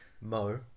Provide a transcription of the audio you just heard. Mo